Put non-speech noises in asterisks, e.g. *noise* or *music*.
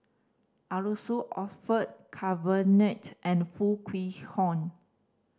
Arasu Orfeur *unintelligible* and Foo Kwee Horng